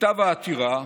מכתב העתירה,